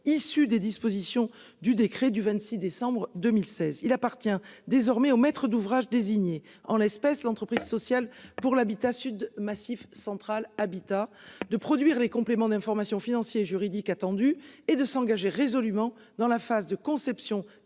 issus des dispositions du décret du 26 décembre 2016. Il appartient désormais au maître d'ouvrage désigné en l'espèce l'entreprise sociale pour l'habitat sud Massif Central habitat de produire les compléments d'information financiers juridiques attendu et de s'engager résolument dans la phase de conception